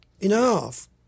Enough